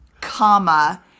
comma